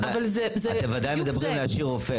אתם ודאי מדברים על להשאיר רופא,